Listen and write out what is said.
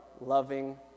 loving